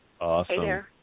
Awesome